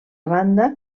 banda